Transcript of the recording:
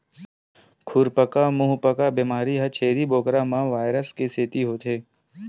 खुरपका मुंहपका बेमारी ह छेरी बोकरा म वायरस के सेती होथे